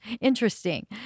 interesting